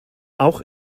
auch